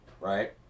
right